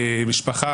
משפחה,